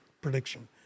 prediction